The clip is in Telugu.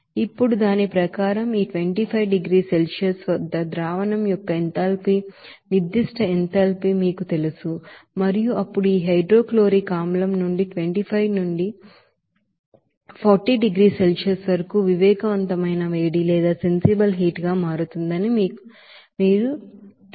ఇప్పుడు దాని ప్రకారం ఈ 25 డిగ్రీల సెల్సియస్ వద్ద సొల్యూషన్ యొక్క ఎంథాల్పీ నిర్ధిష్ట ఎంథాల్పీ మీకు తెలుసు మరియు అప్పుడు ఈ హైడ్రోక్లోరిక్ ఆసిడ్ నుండి 25 నుండి 40 డిగ్రీల సెల్సియస్ వరకు సెన్సిబుల్ హీట్ మారుతుందని మీకు ఎలా తెలుసు